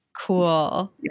Cool